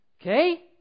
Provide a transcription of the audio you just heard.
Okay